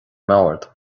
mbord